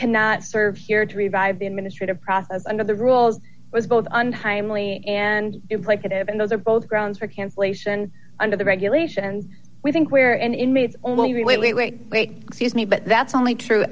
and not served here to revive the administrative process under the rules was both untimely and implicated in those are both grounds for cancellation under the regulations we think where an inmate only wait wait wait wait excuse me but that's only true